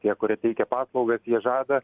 tie kurie teikia paslaugas jie žada